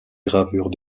gravures